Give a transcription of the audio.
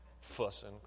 Fussing